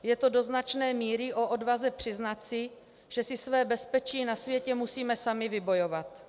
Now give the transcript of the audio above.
Je to do značné míry o odvaze přiznat si, že si své bezpečí na světě musíme sami vybojovat.